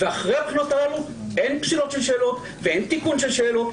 ואחרי הבחינות האלה אין פסילות של שאלות ואין תיקון של שאלות.